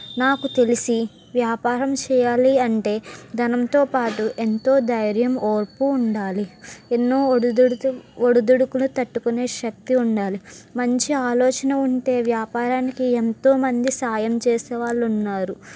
నాకు తెలిసి వ్యాపారం చెయ్యాలి అంటే ధనంతో పాటు ఎంతో ధైర్యం ఓర్పు ఉండాలి ఎన్నో ఒడిదుడుకు ఒడిదోడుకుని తట్టుకునే శక్తి ఉండాలి మంచి ఆలోచన ఉంటే వ్యాపారానికి ఎంతోమంది సాయం చేసే వాళ్ళు ఉన్నారు